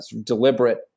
deliberate